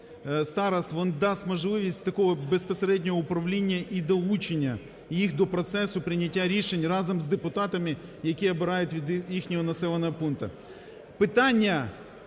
старост він дасть можливість такого безпосереднього управління і долучення їх до процесу прийняття рішень разом з депутатами, які обирають від їхнього населеного пункту.